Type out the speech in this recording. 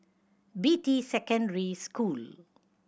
Beatty Secondary School